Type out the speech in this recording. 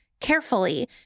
carefully